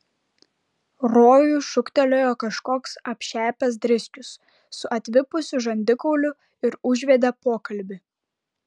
rojui šūktelėjo kažkoks apšepęs driskius su atvipusiu žandikauliu ir užvedė pokalbį